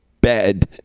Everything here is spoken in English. bed